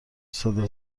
صدا